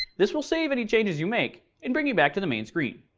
this will save any changes you make and bring you back to the main screen.